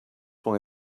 why